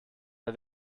der